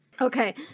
Okay